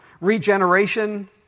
regeneration